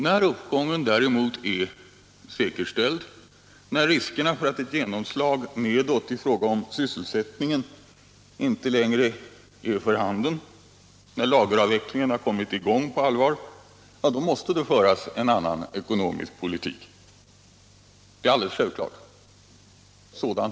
När uppgången däremot är säkerställd, när riskerna för att ett genomslag nedåt i fråga om sysselsättningen inte längre är för handen, när lageravvecklingen har kommit i gång på allvar, då måste det också föras en annan ekonomisk politik — det är alldeles självklart.